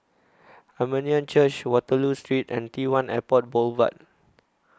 Armenian Church Waterloo Street and T one Airport Boulevard